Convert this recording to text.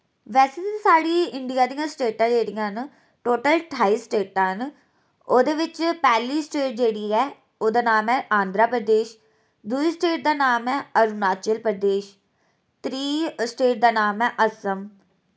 वैसे ते साढ़ी इंडिया दि'यां स्टेटां जेह्ड़ियां न टोटल ठाई स्टेटां न ओह्दे बिच पैह्ली स्टेट जेह्ड़ी ऐ उ'दा नांऽ ऐ आंध्र प्रदेश दूई स्टेट दा नांऽ ऐ अरुणाचल प्रदेश त्री स्टेट दा नांऽ ऐ असम